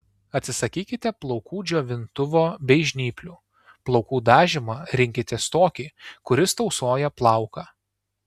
atsisakykite plaukų džiovintuvo bei žnyplių plaukų dažymą rinkitės tokį kuris tausoja plauką